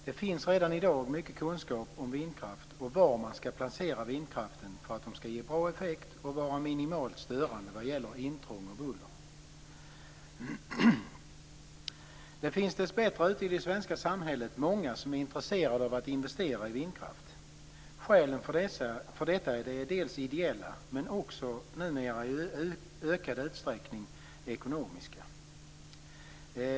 Det finns redan i dag mycket kunskap om vindkraft och var man skall placera vindkraftverken för att de skall ge bra effekt och vara minimalt störande vad gäller intrång och buller. Det finns dess bättre ute i det svenska samhället många som är intresserade av att investera i vindkraft. Skälen för detta är dels ideella, dels numera i ökad utsträckning ekonomiska.